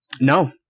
No